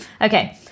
Okay